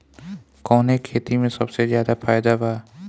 कवने खेती में सबसे ज्यादा फायदा बा?